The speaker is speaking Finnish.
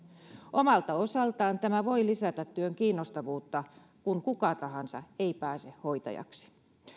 omalta osaltaan tämä voi lisätä työn kiinnostavuutta kun kuka tahansa ei pääse hoitajaksi